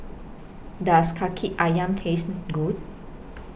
Does Kaki Ayam Taste Good